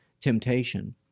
temptation